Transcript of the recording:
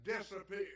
disappear